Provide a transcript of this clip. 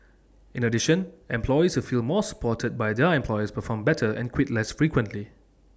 in addition employees who feel more supported by their employers perform better and quit less frequently